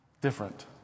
different